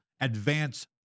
advance